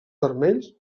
vermells